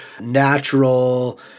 natural